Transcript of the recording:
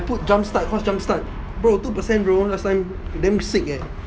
put jump start cos jump start bro two percent bro last time damn sick leh